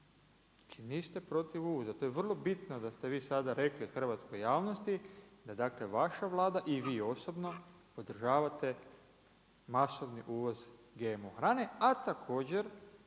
niste protiv uvoza, to je vrlo bitno, da ste vi sada rekli hrvatskoj javnosti da vaša Vlada i vi osobno podržavate masovni uvoz GMO hrane, a također,